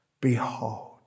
Behold